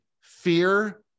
fear